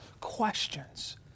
Questions